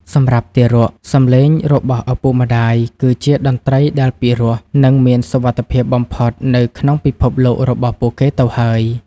សម្រាប់ទារក សំឡេងរបស់ឪពុកម្ដាយគឺជាតន្ត្រីដែលពិរោះ និងមានសុវត្ថិភាពបំផុតនៅក្នុងពិភពលោករបស់គេទៅហើយ